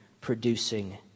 producing